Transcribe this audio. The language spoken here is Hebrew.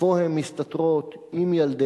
איפה הן מסתתרות עם ילדיהן,